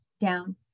down